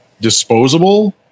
disposable